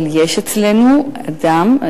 אבל יש אצלנו אדם,